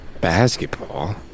Basketball